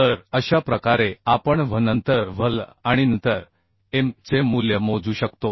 तर अशा प्रकारे आपण V नंतर V L आणि नंतर M चे मूल्य मोजू शकतो